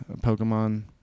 Pokemon